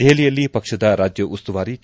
ದೆಹಲಿಯಲ್ಲಿ ಪಕ್ಷದ ರಾಜ್ಯ ಉಸ್ತುವಾರಿ ಕೆ